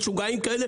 משוגעים כאלה,